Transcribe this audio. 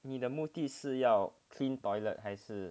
你的目的是要 clean toilet 还是